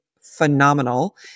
phenomenal